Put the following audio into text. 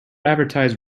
advertise